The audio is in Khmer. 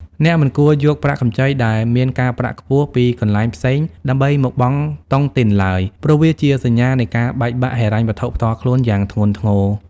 អ្នកមិនគួរយក "ប្រាក់កម្ចីដែលមានការប្រាក់ខ្ពស់" ពីកន្លែងផ្សេង ដើម្បីមកបង់តុងទីនឡើយ ព្រោះវាជាសញ្ញានៃការបែកបាក់ហិរញ្ញវត្ថុផ្ទាល់ខ្លួនយ៉ាងធ្ងន់ធ្ងរ។